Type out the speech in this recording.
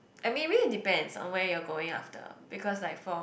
I mean it really depends on where you're going after because like for